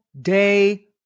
day